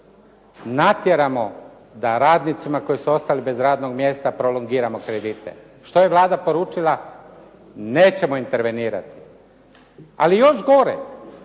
natjeramo da radnicima koji su ostali bez radnih mjesta prolongiramo kredite. Što je Vlada poručila? Nećemo intervenirati. Ali još gore,